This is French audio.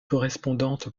correspondante